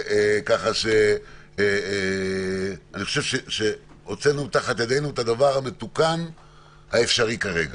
ככה שאני חושב שהוצאנו תחת ידינו את הדבר המתוקן האפשרי כרגע.